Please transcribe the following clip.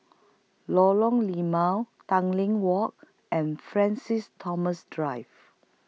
Lorong Limau Tanglin Walk and Francis Thomas Drive